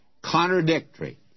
contradictory